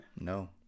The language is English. No